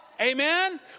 Amen